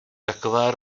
taková